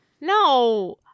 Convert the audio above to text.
No